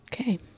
Okay